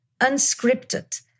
unscripted